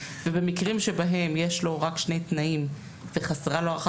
ובמקרים שבהם יש לו רק שני תנאים וחסרה לו הערכת